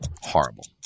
horrible